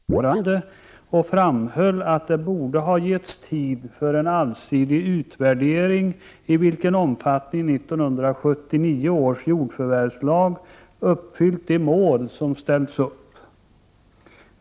16 november 1988 Fru talman! Regeringen tillsatte hösten 1986 en ensamutredare som på kort tid lade fram ett förslag till förändring av jordförvärvslagen. Även om utredaren gjorde ett förtjänstfullt arbete, kritiserade vi från folkpartiet detta förfarande och framhöll att det borde ha getts tid för en allsidig utvärdering av i vilken omfattning 1979 års jordförvärvslag uppfyllt de mål som ställts upp.